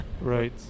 Right